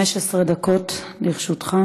15 דקות לרשותך.